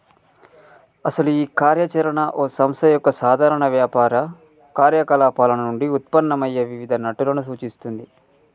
అసలు ఈ కార్య చరణ ఓ సంస్థ యొక్క సాధారణ వ్యాపార కార్యకలాపాలు నుండి ఉత్పన్నమయ్యే వివిధ నట్టులను సూచిస్తుంది